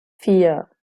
vier